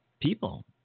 people